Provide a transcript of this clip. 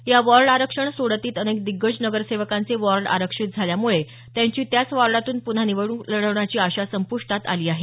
या वॉर्ड आरक्षण सोडतीत अनेक दिग्गज नगरसेवकांचे वॉर्ड आरक्षित झाल्यामुळे त्यांची त्याच वॉर्डातून पुन्हा निवडणूक लढवण्याची आशा संपुष्टात आली आहे